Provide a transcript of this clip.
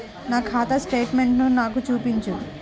నా ఖాతా స్టేట్మెంట్ను నాకు చూపించు